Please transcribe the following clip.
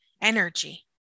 energy